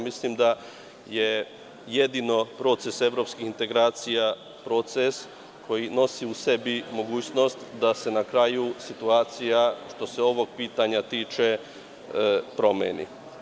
Mislim da je jedino proces evropskih integracija proces koji nosi u sebi mogućnost da se na kraju situacija, što se ovog pitanja tiče, promeni.